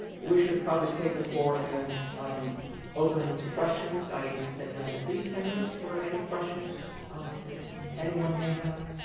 we should probably take the floor and open it questions. i think we have at least ten minutes for any questions that anyone may have.